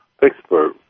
Pittsburgh